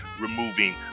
removing